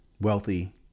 wealthy